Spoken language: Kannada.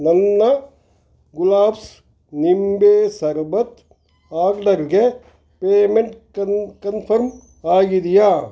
ನನ್ನ ಗುಲಾಬ್ಸ್ ನಿಂಬೆ ಶರ್ಬತ್ ಆರ್ಡರ್ಗೆ ಪೇಮೆಂಟ್ ಕನ್ ಕನ್ಫರ್ಮ್ ಆಗಿದೆಯಾ